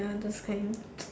ya those kind